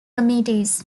committees